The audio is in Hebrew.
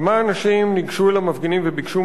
כמה אנשים ניגשו אל המפגינים וביקשו